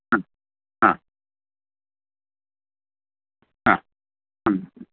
ആ ആ ആ